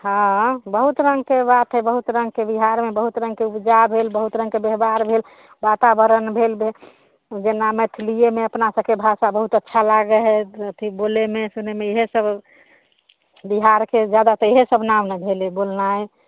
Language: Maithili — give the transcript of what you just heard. हँ बहुत रङ्गके बात हइ बहुत रङ्गके बिहारमे बहुत रङ्गके उपजा भेल बहुत रङ्गके बेवहार भेल वातावरण भेल जे जेना मैथलिएमे अपनासबके भासा बहुत अच्छा लागै हइ अथी बोलैमे सुनैमे इएहसब बिहारके ज्यादा तऽ इएहसब नाम ने भेलै बोलनाइ